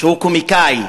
הוא קומיקאי.